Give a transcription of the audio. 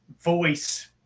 voice